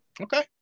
Okay